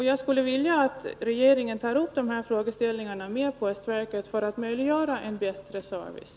Jag skulle önska att regeringen med postverket tog upp frågan om att möjliggöra en bättre service.